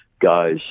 guys